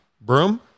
Broom